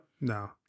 No